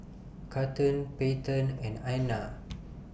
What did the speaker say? Cathern Peyton and Anna